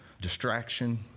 distraction